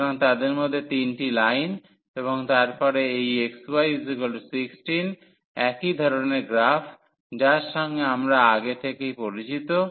সুতরাং তাদের মধ্যে তিনটি লাইন এবং তারপরে এই xy16 একই ধরণের গ্রাফ যার সঙ্গে আমরা আগে থেকেই পরিচিত